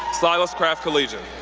silas craft collegian.